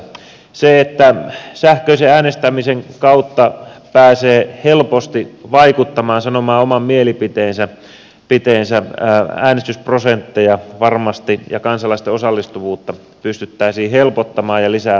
sillä että sähköisen äänestämisen kautta pääsee helposti vaikuttamaan sanomaan oman mielipiteensä pystyttäisiin helpottamaan ja lisäämään varmasti äänestysprosentteja ja kansalaisten osallistuvuutta pystyttäisiin helpottamaan ja lisää